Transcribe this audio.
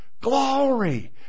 Glory